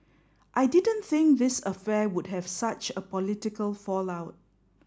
I didn't think this affair would have such a political fallout